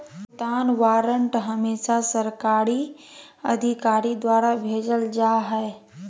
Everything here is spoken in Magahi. भुगतान वारन्ट हमेसा सरकारी अधिकारी द्वारा भेजल जा हय